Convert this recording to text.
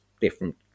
different